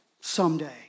someday